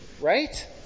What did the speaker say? Right